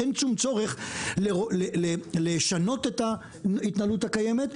אין שום צורך לשנות את ההתנהלות הקיימת,